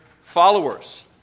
followers